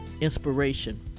Inspiration